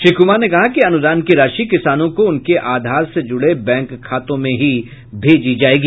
श्री कुमार ने कहा कि अनुदान की राशि किसानों को उनके आधार से जुड़े बैंक खातों में ही भेजी जायेगी